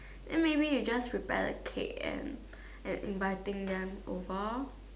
then maybe you just prepare the cake and and inviting them over